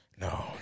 No